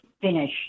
finish